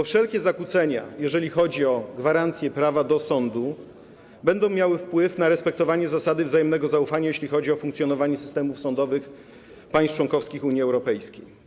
Wszelkie zakłócenia, jeżeli chodzi o gwarancje prawa do niezależnego sądu, będą miały wpływ na respektowanie zasady wzajemnego zaufania, jeżeli chodzi o funkcjonowanie systemów sądowych państw członkowskich Unii Europejskiej.